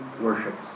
worships